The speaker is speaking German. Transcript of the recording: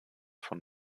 von